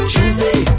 Tuesday